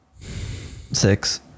Six